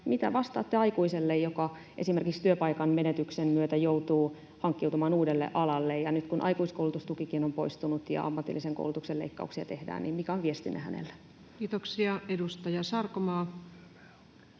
Mitä vastaatte aikuiselle, joka esimerkiksi työpaikan menetyksen myötä joutuu hankkiutumaan uudelle alalle? Nyt kun aikuiskoulutustukikin on poistunut ja ammatillisen koulutuksen leikkauksia tehdään, niin mikä on viestinne hänelle? Kiitoksia. — Edustaja Sarkomaa.